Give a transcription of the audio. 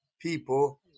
people